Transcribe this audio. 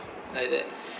like that